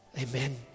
Amen